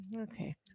Okay